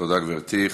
תודה, גברתי.